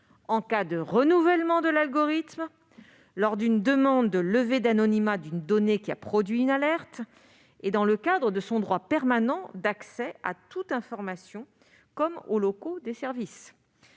en cas de renouvellement de l'algorithme, lors d'une demande de levée d'anonymat d'une donnée qui a produit une alerte ou même dans le cadre de son droit permanent d'accès à toute information, comme aux locaux des services.